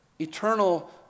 eternal